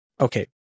Okay